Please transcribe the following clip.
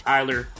Tyler